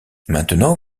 maintenant